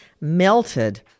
melted